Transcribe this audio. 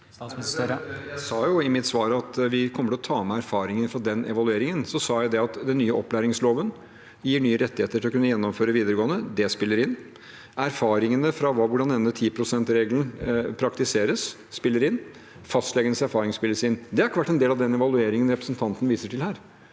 Støre Jeg sa i mitt svar at vi kommer til å ta med erfaringer fra den evalueringen. Så sa jeg at den nye opplæringsloven gir nye rettigheter til å kunne gjennomføre videregående. Det spiller inn. Erfaringene fra hvordan denne 10-prosentsregelen praktiseres, spiller inn. Fastlegenes erfaring spiller inn. Det har ikke vært en del av den evalueringen representanten viser til her.